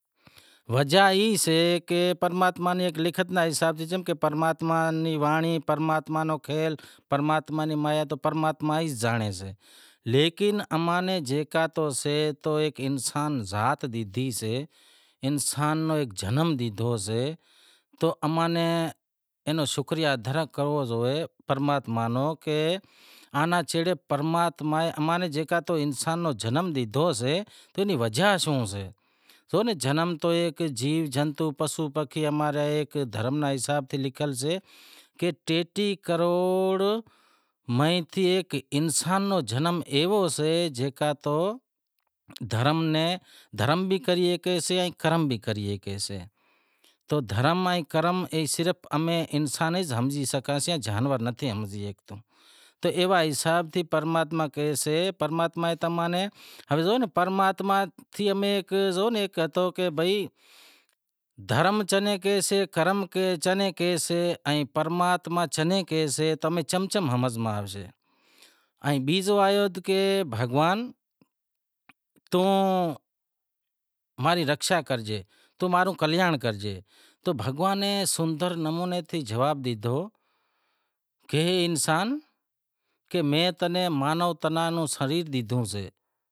وجہ ای سے کہ پرماتما رے لکھت رے حساب سیں چم کہ پرماتما نیں وانڑی، پرماتما رو کھیل، پرماتما ری مایا تو پرماتما زانڑے سے لیکن اماں نے زیکا بھی سے ایک انسان ذات دی سے، انسان رو ایک جنم دیتو سے تو اینا شکریا ادا کرنڑ کھپے پرماتما نو کہ اینے اماں نیں انسان رو جنم ڈینو سے اینی وجہ شوں سے؟ ایک جیو جنتو، پسو پکھی اماں رے ایک دھرم رے حساب تے لکھیل سے کہ ٹیٹیہہ کروڑ میں تھے ایک انسان رو جنم ایک ایسو سے کہ جو دھرم بھی کریسے کرم بھی کریسے، دھرم ان کرم صرف امیں انسان ئی ہمزے سگھاں سیئاں جانور نتھی ہمزی ہگھتوں، تو ایوا حساب سیں پرماتما نیں ہوے زو کہ پرماتما ہیک ہتو کہ بھائی دھرم چنیں کہیسیں ان کرم چنیں کہیسیں ان پرماتما چنیں کہیسیں تمیں چم چم ہمز میں آوے ائیں بیزو آیو کہ بھگوان توں ماں ری رکھشا کریجے توں ماں رو کلیانڑ کریجے تو بھگوان نیں سندر نمونے سیں جواب ڈیدہو کہ اے انسان میں تنیں مانو جنم روں سریر ڈیدہو سے۔